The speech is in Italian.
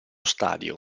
stadio